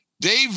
Dave